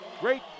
Great